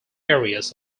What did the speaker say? areas